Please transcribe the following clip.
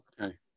Okay